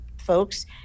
folks